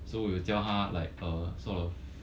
so 我有叫他 like uh sort of